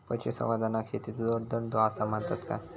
पशुसंवर्धनाक शेतीचो जोडधंदो आसा म्हणतत काय?